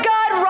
God